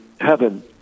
heaven